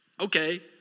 okay